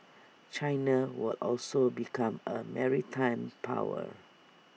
China will also become A maritime power